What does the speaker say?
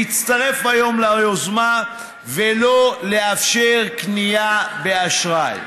להצטרף היום ליוזמה ולא לאפשר קנייה באשראי.